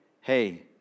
hey